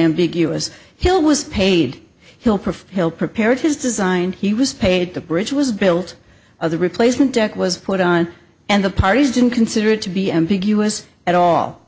ambiguous hill was paid he'll prefer hill prepared his design he was paid the bridge was built or the replacement deck was put on and the parties didn't consider it to be ambiguous at all